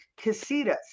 Casitas